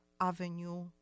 Avenue